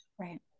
Right